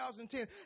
2010